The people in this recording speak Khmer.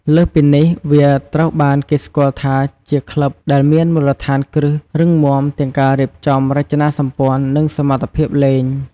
លើសពីនេះវាត្រូវបានគេស្គាល់ថាជាក្លឹបដែលមានមូលដ្ឋានគ្រឹះរឹងមាំទាំងការរៀបចំរចនាសម្ព័ន្ធ និងសមត្ថភាពលេង។